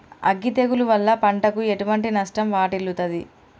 అగ్గి తెగులు వల్ల పంటకు ఎటువంటి నష్టం వాటిల్లుతది?